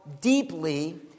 deeply